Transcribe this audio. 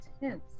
intense